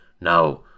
now